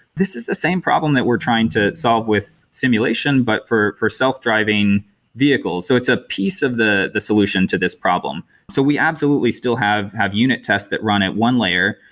this is the same problem that we're trying to solve with simulation, but for for self-driving vehicles. so it's a piece of the the solution to this problem. so we absolutely still have have unit tests that run at one layer.